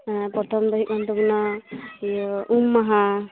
ᱦᱮᱸ ᱯᱚᱛᱷᱚᱢ ᱫᱚ ᱦᱩᱭᱩᱜᱠᱟᱱ ᱛᱟᱵᱚᱱᱟ ᱤᱭᱟᱹ ᱩᱢ ᱢᱟᱦᱟ